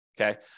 okay